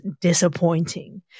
disappointing